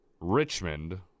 Richmond